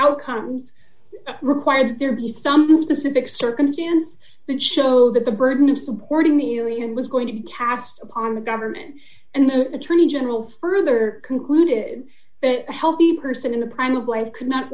outcomes required that there be something specific circumstance but show that the burden of supporting the union was going to be cast upon the government and the attorney general further concluded that a healthy person in the prime of life could not